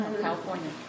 California